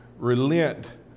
Relent